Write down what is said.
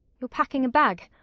you're packing a bag.